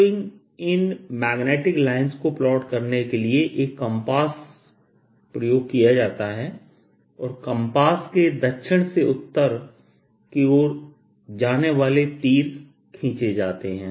तो इन magnetic lines को प्लॉट करने के लिए एक कंपास प्रयोग किया जाता है और कम्पास के दक्षिण से उत्तर की ओर जाने वाले तीर खींचे जाते है